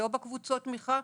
לא בקבוצות תמיכה,